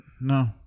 no